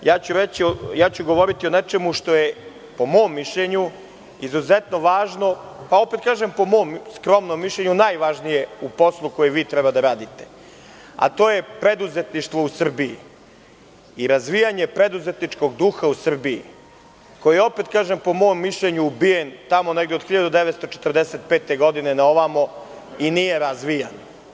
Govoriću o nečemu što je, po mom mišljenju, izuzetno važno, pa opet kažem po mom skromnom mišljenju, najvažnije u poslu koji vi treba da radite, a to je preduzetništvo u Srbiji i razvijanje preduzetničkog duha u Srbiji koji je, opet kažem po mom mišljenju, ubijen tamo negde od 1945. godine na ovamo i nije razvijan.